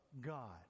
God